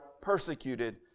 persecuted